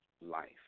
life